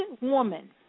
woman